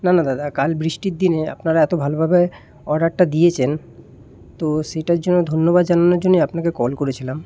না না দাদা কাল বৃষ্টির দিনে আপনারা এত ভালোভাবে অর্ডারটা দিয়েছেন তো সেটার জন্য ধন্যবাদ জানানোর জন্যই আপনাকে কল করেছিলাম